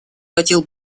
хотел